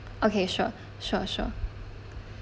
okay sure sure sure